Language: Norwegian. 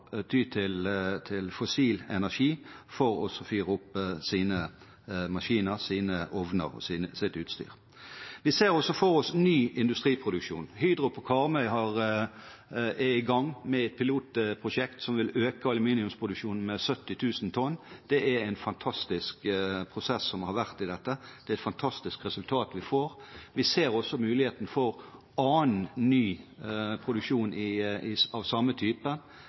til fossil energi for å fyre opp sine maskiner, sine ovner og sitt utstyr. Vi ser også for oss ny industriproduksjon. Hydro på Karmøy er i gang med et pilotprosjekt som vil øke aluminiumsproduksjonen med 70 000 tonn. Det er en fantastisk prosess som har vært i dette, det er et fantastisk resultat vi får. Vi ser også muligheten for annen ny produksjon av samme type.